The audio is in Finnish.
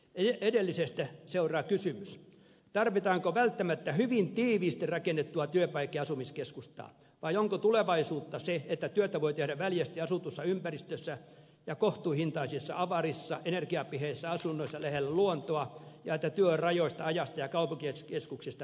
edellisestä seuraa kysymys tarvitaanko välttämättä hyvin tiiviisti rakennettua työpaikka ja asumiskeskustaa vai onko tulevaisuutta se että työtä voi tehdä väljästi asutussa ympäristössä ja kohtuuhintaisissa avarissa energiapiheissä asunnoissa lähellä luontoa ja että työ on rajoista ajasta ja kaupunkikeskuksista riippumatonta